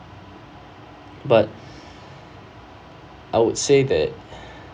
but I would say that